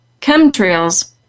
chemtrails